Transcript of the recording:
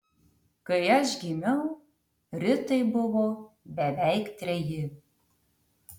kai aš gimiau ritai buvo beveik treji